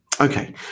Okay